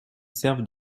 servent